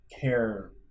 care